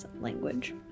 language